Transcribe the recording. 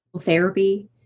therapy